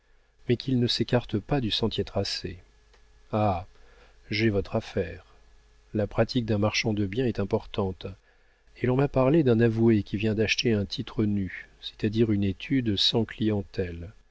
mais qu'il ne s'écarte pas du sentier tracé ah j'ai votre affaire la pratique d'un marchand de biens est importante et l'on m'a parlé d'un avoué qui vient d'acheter un titre nu c'est-à-dire une étude sans clientèle